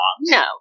No